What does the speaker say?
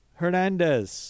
hernandez